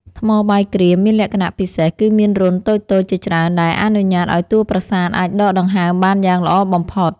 ថ្មបាយក្រៀមមានលក្ខណៈពិសេសគឺមានរន្ធតូចៗជាច្រើនដែលអនុញ្ញាតឱ្យតួប្រាសាទអាចដកដង្ហើមបានយ៉ាងល្អបំផុត។